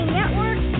network